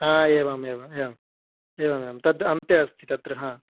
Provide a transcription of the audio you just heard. हा एवम् एवम् एवम् एवमेवं तद् अन्ते अस्ति तत्र ह